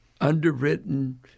underwritten